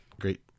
great